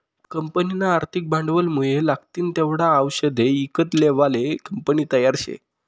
कंपनीना आर्थिक भांडवलमुये लागतीन तेवढा आवषदे ईकत लेवाले कंपनी तयार शे